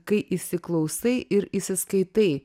kai įsiklausai ir įsiskaitai